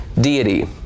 deity